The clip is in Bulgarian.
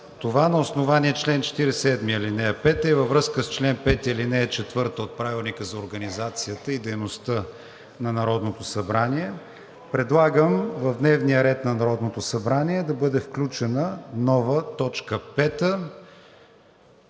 това на основание чл. 47, ал. 5 и във връзка с чл. 5, ал. 4 от Правилника за организацията и дейността на Народното събрание предлагам в дневния ред на Народното събрание да бъде включена нова точка пета,